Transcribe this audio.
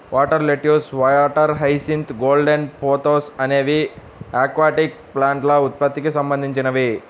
water lettuce, water hyacinth, golden pothos అనేవి aquatic ప్లాంట్ల ఉత్పత్తికి సంబంధించినవి